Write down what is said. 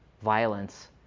violence